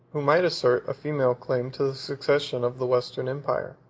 who might assert a female claim to the succession of the western empire.